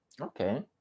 okay